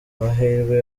mahirwe